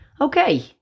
okay